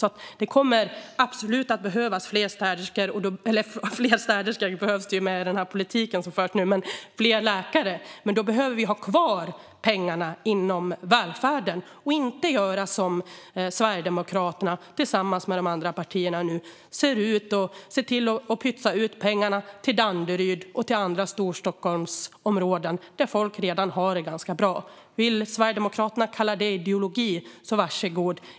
Det kommer absolut att behövas fler läkare, men då behöver vi ha kvar pengarna inom välfärden och inte göra som Sverigedemokraterna tillsammans med de andra partierna som i stället pytsar ut pengarna till Danderyd och andra områden i Storstockholm där folk redan har det ganska bra. Vill Sverigedemokraterna kalla det för ideologi - var så god!